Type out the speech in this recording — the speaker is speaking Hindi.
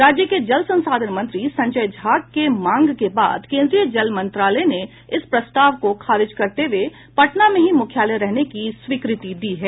राज्य के जल संसाधन मंत्री संजय झा के मांग के बाद केन्द्रीय जल मंत्रालय ने इस पस्ताव को खारिज करते हुए पटना में ही मुख्यालय रहने की स्वीकृति दी है